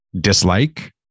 Dislike